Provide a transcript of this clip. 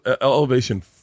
elevation